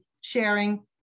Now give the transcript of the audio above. sharing